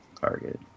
target